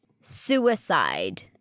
suicide